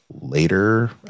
later